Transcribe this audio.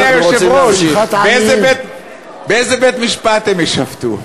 באיזה בית-משפט הם יישפטו?